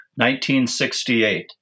1968